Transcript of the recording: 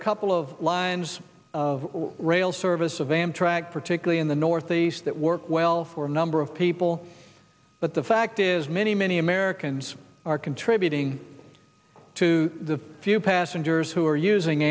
a couple of lines of rail service of amtrak particularly in the northeast that work well for a number of people but the fact is many many americans are contributing to the few passengers who are using